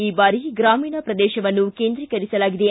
ಈ ಬಾರಿ ಗ್ರಾಮೀಣ ಪ್ರದೇಶವನ್ನು ಕೇಂದ್ರೀಕರಿಸಲಾಗಿದೆ